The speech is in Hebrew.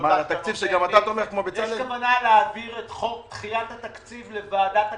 יש כוונה להעביר את חוק דחיית התקציב לוועדת הכנסת.